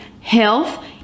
health